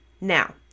Now